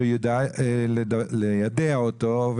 ידעו ליידע אותו,